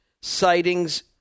sightings